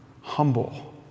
humble